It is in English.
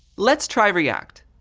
let's try react.